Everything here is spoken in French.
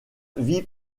vie